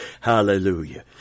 Hallelujah